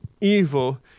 evil